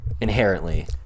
inherently